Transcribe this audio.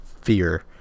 fear